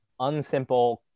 unsimple